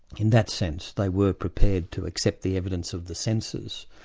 in that sense they were prepared to accept the evidence of the senses,